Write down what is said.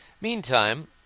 Meantime